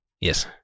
Yes